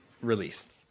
released